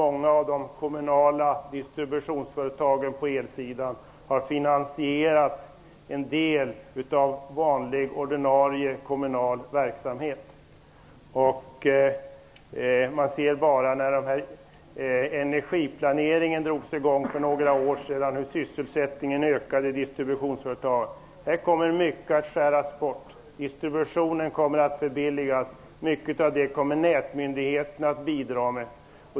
Många av de kommunala distributionsföretagen på elsidan har finansierat en del av vanlig ordinarie kommunal verksamhet. När energiplaneringen drogs i gång för några år sedan såg man hur sysselsättningen ökade i distributionsföretag. Här kommer mycket att skäras bort. Distributionen kommer att förbilligas. Mycket av det kommer nätmyndigheterna att bidra till.